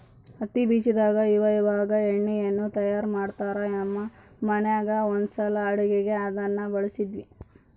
ಹತ್ತಿ ಬೀಜದಾಗ ಇವಇವಾಗ ಎಣ್ಣೆಯನ್ನು ತಯಾರ ಮಾಡ್ತರಾ, ನಮ್ಮ ಮನೆಗ ಒಂದ್ಸಲ ಅಡುಗೆಗೆ ಅದನ್ನ ಬಳಸಿದ್ವಿ